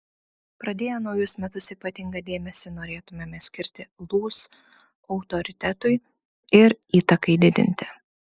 pradėję naujus metus ypatingą dėmesį norėtumėme skirti lūs autoritetui ir įtakai didinti